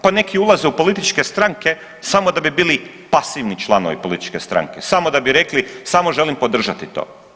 Pa neki ulaze u političke stranke samo da bi bili pasivni članovi političke stranke, samo da bi rekli samo želim podržati to.